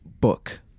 book